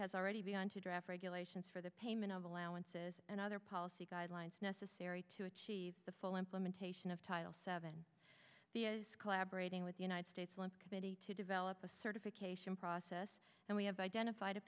has already begun to draft regulations for the payment of allowances and other policy guidelines necessary to achieve the full implementation of title seven the is collaborating with united states olympic committee to develop a certification process and we have identified a